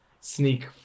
sneak